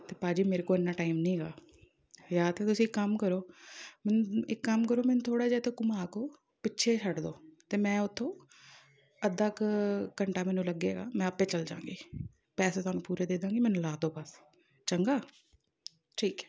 ਅਤੇ ਭਾਅ ਜੀ ਮੇਰੇ ਕੋਲ ਇੰਨਾ ਟਾਈਮ ਨਹੀਂ ਹੈਗਾ ਜਾਂ ਤਾਂ ਤੁਸੀਂ ਇੱਕ ਕੰਮ ਕਰੋ ਇੱਕ ਕੰਮ ਕਰੋ ਮੈਨੂੰ ਥੋੜ੍ਹਾ ਜਿਹਾ ਤਾਂ ਘੁਮਾਕੇ ਪਿੱਛੇ ਛੱਡ ਦਿਉ ਅਤੇ ਮੈਂ ਉੱਥੋਂ ਅੱਧਾ ਕੁ ਘੰਟਾ ਮੈਨੂੰ ਲੱਗੇਗਾ ਮੈਂ ਆਪੇ ਚਲ ਜਾਂਗੀ ਪੈਸੇ ਤੁਹਾਨੂੰ ਪੂਰੇ ਦੇ ਦਾਂਗੀ ਮੈਨੂੰ ਲਾਹ ਦਿਉ ਬਸ ਚੰਗਾ ਠੀਕ ਹੈ